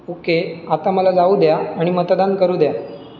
okay आता मला जाऊ द्या आणि मतदान करू द्या